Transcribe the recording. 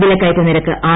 വിലക്കയറ്റ നിരക്ക് ആർ